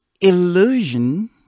Illusion